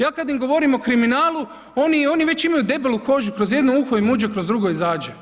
Ja kada im govorim o kriminalu oni već imaju debelu kožu, kroz jedno uho im uđe kroz drugo izađe.